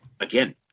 Again